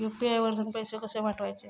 UPI वरसून पैसे कसे पाठवचे?